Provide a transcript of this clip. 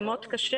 זה מאוד קשה.